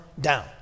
down